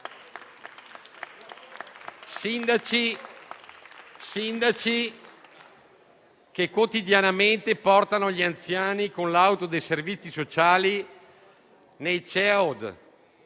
sindaci che quotidianamente portano gli anziani, con l'auto dei servizi sociali, nei CEOD,